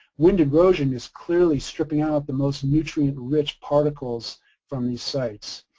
wind erosion is clearly stripping out the most nutrient-rich particles from these sites.